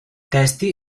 testi